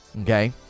Okay